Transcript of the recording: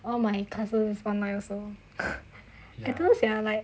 all my classes online also because there are like